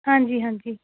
ਹਾਂਜੀ ਹਾਂਜੀ